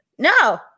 No